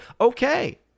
Okay